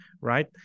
right